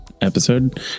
episode